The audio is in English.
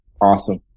Awesome